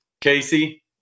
Casey